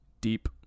deep